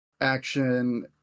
action